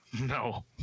No